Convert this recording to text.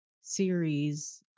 series